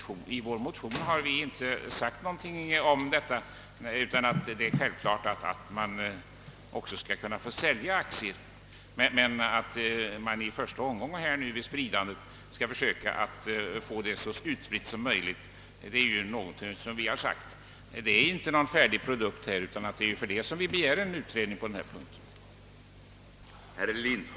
I vår motion har vi inte sagt något annat än att det naturligtvis är självklart att man också skall kunna få sälja aktier men att åtminstone i första omgången spridningen bör göras så vidsträckt som möjligt. Vårt förslag är emellertid inte någon färdig produkt, och därför har vi begärt en utredning på denna punkt.